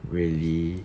really